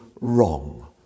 wrong